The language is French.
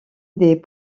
des